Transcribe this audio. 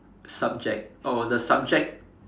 subject oh the subject